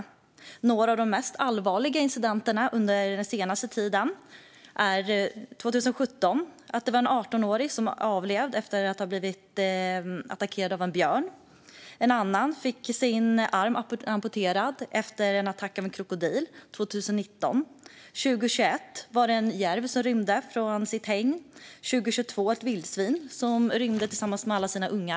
Det här är några av de allvarligaste incidenterna under de senaste åren: År 2017 avled en 18-åring efter att ha blivit attackerad av en björn, 2019 fick en person sin arm amputerad efter en krokodilattack, 2021 rymde en järv från sitt hägn och 2022 rymde ett vildsvin tillsammans med alla sina ungar.